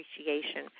appreciation